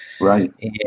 Right